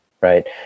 right